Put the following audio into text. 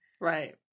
right